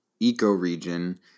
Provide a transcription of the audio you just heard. eco-region